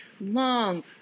long